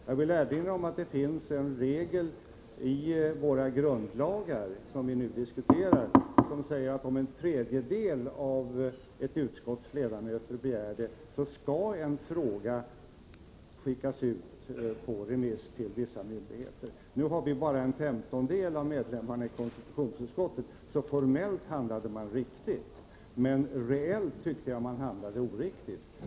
Jag vill erinra om att det finns en regel i våra grundlagar, som vi diskuterar nu, om att när en tredjedel av ett utskotts ledamöter begär det, så skall en fråga skickas ut på remiss till vissa myndigheter. Nu utgör vi från vpk bara en femtondel av ledamöterna i konstitutionsutskottet, så formellt handlade man riktigt. Men reellt tycker jag att man handlade oriktigt.